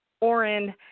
Orin